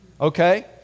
okay